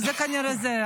אז זה כנראה זה.